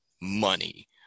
money